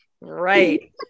Right